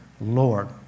Lord